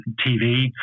TV